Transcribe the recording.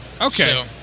Okay